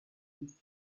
used